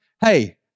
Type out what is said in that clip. hey